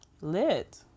Lit